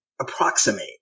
approximate